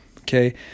okay